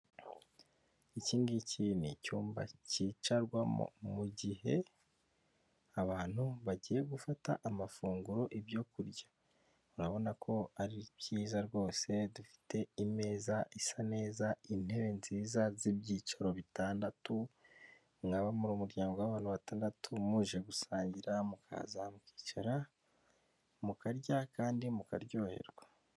Ikingiki ni cyumba cyicarwamo mu gihe abantu bagiye gufata amafunguro ibyokurya, urabona ko ari byiza rwose dufite imeza isa neza, intebe nziza z'ibyiciro bitandatu, mwaba muri umuryango w'abantu batandatu muje gusangira mukaza mukicara, mukarya kandi mukaryoherwa.